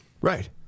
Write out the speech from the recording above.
Right